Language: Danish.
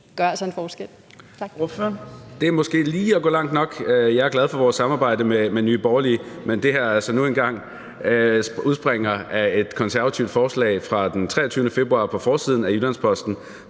Det er måske at gå lige langt nok. Jeg er glad for vores samarbejde med Nye Borgerlige, men det her udspringer nu engang af et konservativt forslag fra den 23. februar på forsiden af Jyllands-Posten,